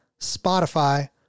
Spotify